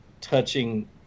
touching